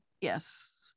Yes